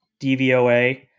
DVOA